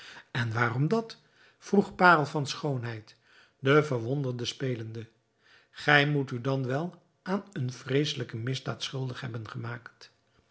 en waarom dat vroeg parel van schoonheid de verwonderde spelende gij moet u dan wel aan eene vreeselijke misdaad schuldig hebben gemaakt